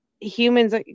humans